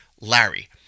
Larry